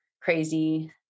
crazy